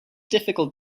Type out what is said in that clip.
difficult